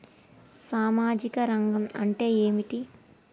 సామాజిక రంగం అంటే ఏమిటి?